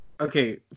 okay